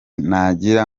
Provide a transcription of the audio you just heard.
nagira